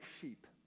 sheep